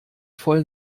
voll